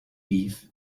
beef